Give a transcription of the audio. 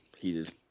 heated